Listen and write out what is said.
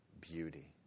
beauty